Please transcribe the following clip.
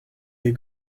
des